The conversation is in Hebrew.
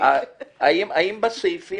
לגבי הסעיפים